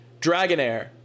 Dragonair